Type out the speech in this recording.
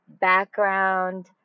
background